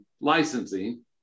licensing